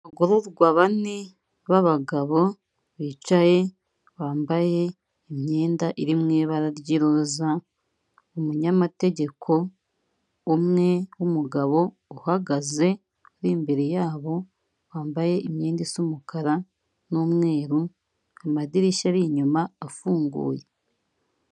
Abagororwa bane b'abagabo bicaye bambaye imyenda iri mu ibara ry'uroza, umunyamategeko umwe w'umugabo uhagaze uri imbere yabo wambaye imyenda isa umukara n'umweru amadirishya ari inyuma afunguye.